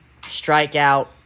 strikeout